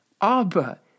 Abba